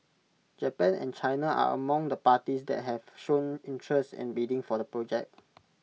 Japan and China are among the parties that have shown interest in bidding for the project